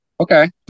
Okay